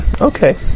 Okay